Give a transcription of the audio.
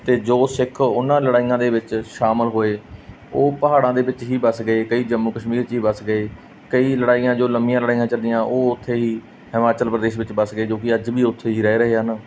ਅਤੇ ਜੋ ਸਿੱਖ ਉਹਨਾਂ ਲੜਾਈਆਂ ਦੇ ਵਿੱਚ ਸ਼ਾਮਲ ਹੋਏ ਉਹ ਪਹਾੜਾਂ ਦੇ ਵਿੱਚ ਹੀ ਵੱਸ ਗਏ ਕਈ ਜੰਮੂ ਕਸ਼ਮੀਰ 'ਚ ਹੀ ਵੱਸ ਗਏ ਕਈ ਲੜਾਈਆਂ ਜੋ ਲੰਮੀਆਂ ਲੜਾਈਆਂ ਚੱਲੀਆਂ ਉਹ ਉੱਥੇ ਹੀ ਹਿਮਾਚਲ ਪ੍ਰਦੇਸ਼ ਵਿੱਚ ਵੱਸ ਗਏ ਜੋ ਕਿ ਅੱਜ ਵੀ ਉੱਥੇ ਹੀ ਰਹਿ ਰਹੇ ਹਨ